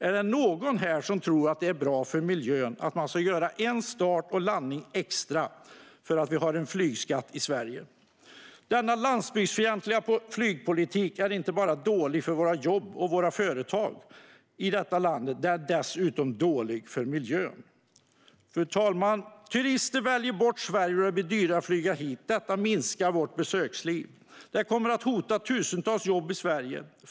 Är det någon här som tror att det är bra för miljön att man ska göra en start och landning extra för att vi har en flygskatt i Sverige? Denna landsbygdsfientliga flygpolitik är inte dålig bara för våra jobb och företag i detta land. Den är dessutom dålig för miljön. Fru talman! Turister väljer bort Sverige då det blir dyrare att flyga hit. Detta minskar vårt besöksliv. Det kommer att hota tusentals jobb i Sverige.